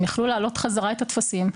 הם יכלו להעלות בחזרה את הטפסים.